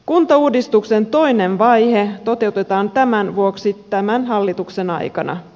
kuntauudistuksen toinen vaihe toteutetaan tämän vuoksi tämän hallituksen aikana